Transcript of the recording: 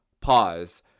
pause